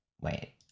wait